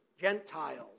Gentiles